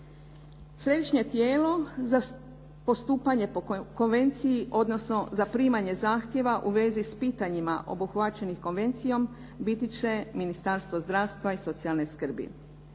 Središnje tijelo za postupanje po konvenciji, odnosno za primanje zahtjeva u vezi s pitanjima obuhvaćenih konvencijom biti će Ministarstvo zdravstva i socijalne skrbi.